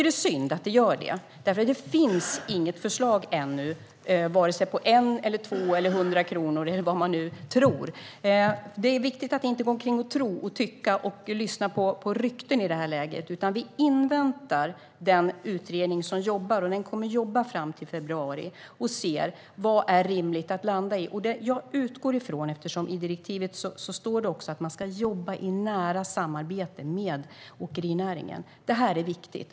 Det är synd eftersom det ännu inte finns något förslag, vare sig på 1, 2 eller 100 kronor eller vad man nu tror. Det är viktigt att inte gå omkring och tro, tycka och lyssna på rykten i detta läge. Vi inväntar den utredning som jobbar med detta, och den kommer att jobba fram till februari, för att se vad som är rimligt att landa på. I direktivet står det att man ska samarbeta nära med åkerinäringen. Detta är viktigt.